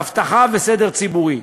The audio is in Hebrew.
אבטחה וסדר ציבורי.